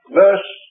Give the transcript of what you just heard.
verse